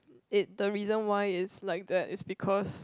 it the reason why it's like that is because